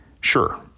Sure